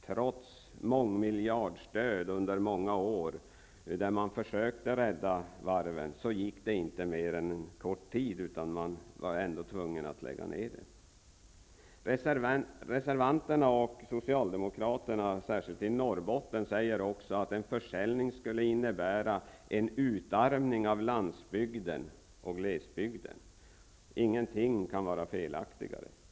Trots mångmiljardstöd under många år då man försökte rädda varven, gick det inte mer än en kort tid innan man ändå var tvungen att lägga ned varven. Norrbotten säger också att en försäljning skulle innebära en utarmning av landsbygden och glesbygden. Ingenting kan vara felaktigare.